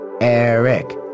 Eric